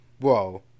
whoa